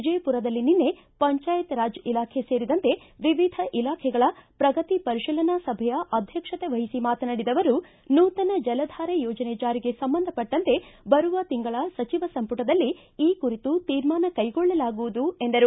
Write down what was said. ವಿಜಯಪುರದಲ್ಲಿ ನಿನ್ನೆ ಪಂಚಾಯತ್ ರಾಜ್ ಇಲಾಖೆ ಸೇರಿದಂತೆ ವಿವಿಧ ಇಲಾಖೆಗಳ ಪ್ರಗತಿ ಪರಿಶೀಲನಾ ಸಭೆಯ ಅಧ್ಯಕ್ಷತೆ ವಹಿಸಿ ಮಾತನಾಡಿದ ಅವರು ನೂತನ ಜಲಧಾರೆ ಯೋಜನೆ ಜಾರಿಗೆ ಸಂಬಂಧಪಟ್ಟಂತೆ ಬರುವ ತಿಂಗಳ ಸಚಿವ ಸಂಪುಟದಲ್ಲಿ ಈ ಕುರಿತು ತೀರ್ಮಾನ ಕ್ಟೆಗೊಳ್ಳಲಾಗುವುದು ಎಂದರು